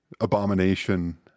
Abomination